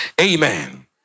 amen